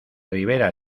rivera